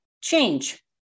change